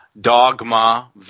dogma